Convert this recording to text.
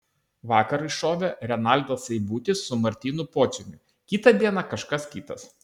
vakar iššovė renaldas seibutis su martynu pociumi kitą dieną kažkas kitas